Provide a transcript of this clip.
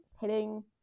hitting